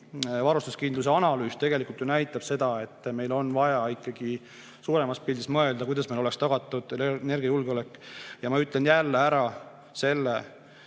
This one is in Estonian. varustuskindluse analüüs tegelikult näitab ju seda, et meil on vaja ikkagi suuremas pildis mõelda, kuidas meil oleks tagatud energiajulgeolek. Ja ma ütlen jälle ära selle,